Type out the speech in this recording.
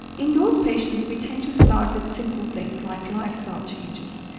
in those patients we tend to start with simple things like lifestyle changes,